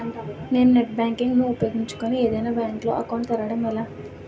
నేను net banking ను ఉపయోగించుకుని ఏదైనా బ్యాంక్ లో అకౌంట్ తెరవడం ఎలా?